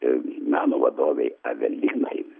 ir meno vadovei evelinai